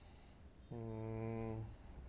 mm